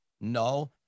no